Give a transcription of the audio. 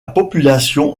population